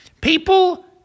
people